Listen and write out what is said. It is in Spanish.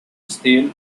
steel